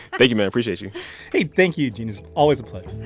thank you, man. appreciate you hey, thank you, gene. it's always a pleasure ah,